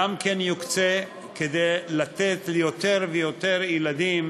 כדי לתת ליותר ויותר ילדים